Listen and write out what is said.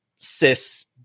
cis